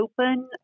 Open